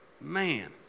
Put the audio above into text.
Man